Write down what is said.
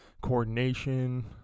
coordination